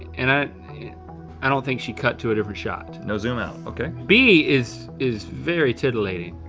and i i don't think she cut to a different shot. no zoom out, okay. b is is very titillating.